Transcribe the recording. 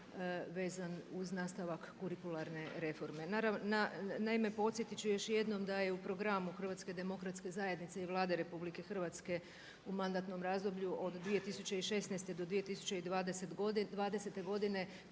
vezan uz nastavak kurikularne reforme. Naime podsjetiti ću još jednom da je u programu HDZ-a i Vlade RH u mandatnom razdoblju od 2016. do 2020. godine